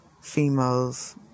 females